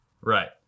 Right